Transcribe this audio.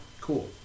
cool